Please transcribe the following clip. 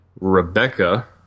Rebecca